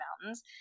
mountains